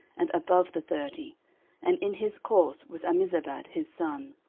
and above the thirty and in his course was ammizabad his son.